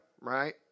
right